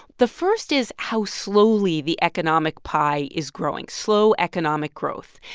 the first is how slowly the economic pie is growing slow economic growth.